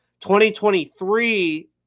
2023